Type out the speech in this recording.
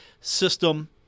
system